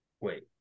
Wait